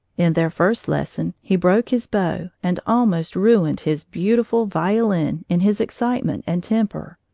in their first lesson he broke his bow and almost ruined his beautiful violin in his excitement and temper.